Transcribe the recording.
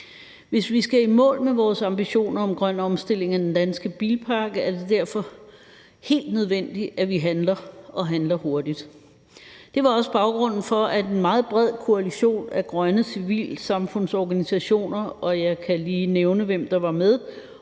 Hvis vi skal i mål med vores ambitioner om en grøn omstilling af den danske bilpark, er det derfor helt nødvendigt, at vi handler og handler hurtigt. Det var også baggrunden for, at en meget bred koalition af grønne civilsamfundsorganisationer